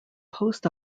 post